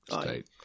state